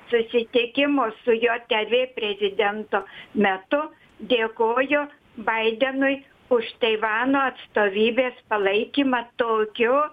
susitikimo su jav prezidentu metu dėkojo baidenui už taivano atstovybės palaikymą tokiu